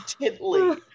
intently